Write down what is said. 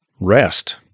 rest